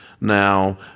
Now